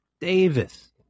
Davis